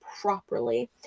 properly